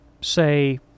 say